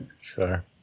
sure